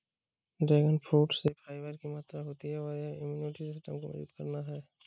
dragon fruit में fibre की मात्रा होती है और यह इम्यूनिटी सिस्टम को मजबूत करता है